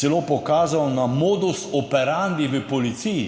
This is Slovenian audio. celo pokazal na modus operandi v policiji.